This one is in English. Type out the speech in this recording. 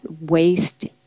waste